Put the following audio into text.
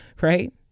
right